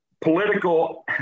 political